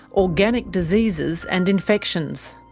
organic diseases and infections'.